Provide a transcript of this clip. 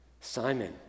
Simon